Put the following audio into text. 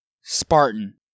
Spartan